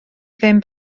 ddim